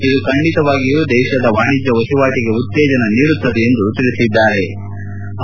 ಇದು ಖಂಡಿತವಾಗಿಯೂ ದೇಶದ ವಾಣಿಜ್ಞ ವಹಿವಾಟಗೆ ಉತ್ತೇಜನ ನೀಡುತ್ತದೆ ಎಂದು ಹೇಳದ್ದಾರೆ